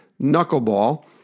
Knuckleball